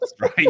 right